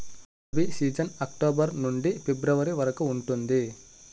rabi season October నుండి ఫిబ్రవరి వరకు ఉంటుంది